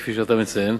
כפי שאתה מציין.